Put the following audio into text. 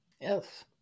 Yes